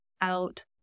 out